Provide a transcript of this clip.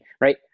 right